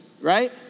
right